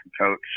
coach